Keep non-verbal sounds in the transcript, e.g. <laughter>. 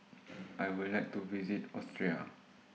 <noise> I Would like to visit Austria